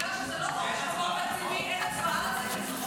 בגלל שזה לא דורש מקור תקציבי אין הצבעה על זה,